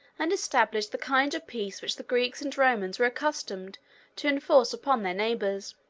and established the kind of peace which the greeks and romans were accustomed to enforce upon their neighbors.